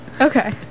okay